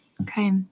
Okay